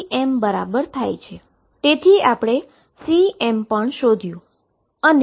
તેથી આપણે Cm પણ શોધ્યુ